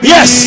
Yes